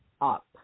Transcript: up